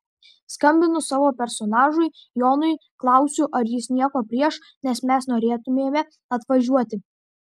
skambinu savo personažui jonui klausiu ar jis nieko prieš nes mes norėtumėme atvažiuoti